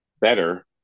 better